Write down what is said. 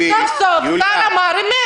------ יוליה, השר אמר אמת